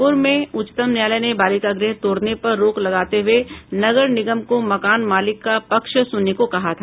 पूर्व में उच्चतम न्यायालय ने बालिका गृह तोड़ने पर रोक लगाते हुए नगर निगम को मकान मालिक का पक्ष सुनने को कहा था